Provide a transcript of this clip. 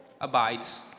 abides